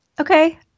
Okay